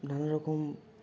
নানা রকম